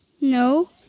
No